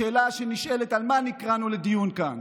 השאלה שנשאלת היא על מה נקראנו לדיון כאן.